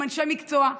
עם אנשי מקצוע,